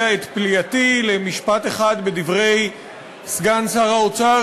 את פליאתי על משפט אחד בדברי סגן שר האוצר,